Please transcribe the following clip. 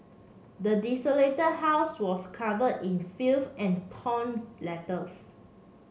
the desolated house was cover in filth and torn letters